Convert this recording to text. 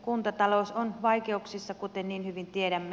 kuntatalous on vaikeuksissa kuten niin hyvin tiedämme